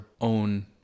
own